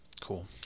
Cool